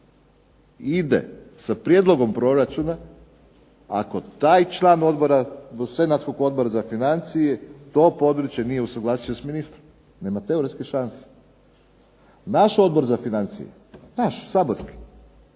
ide sa prijedlogom proračuna, ako taj član senatskog odbora za financije to područje nije usuglasio sa ministrom. Nema teoretski šanse. Naš Odbor za financije, naš Saborski,